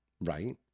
Right